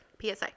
PSA